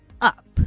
up